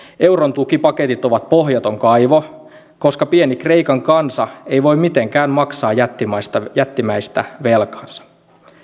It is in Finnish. euron tukipaketit ovat pohjaton kaivo koska pieni kreikan kansa ei voi mitenkään maksaa jättimäistä jättimäistä velkaansa